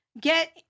get